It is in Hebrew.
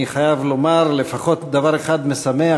אני חייב לומר לפחות דבר אחד משמח,